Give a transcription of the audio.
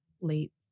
late